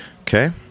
okay